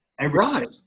Right